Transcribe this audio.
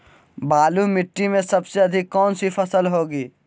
बालू मिट्टी में सबसे अधिक कौन सी फसल होगी?